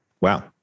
Wow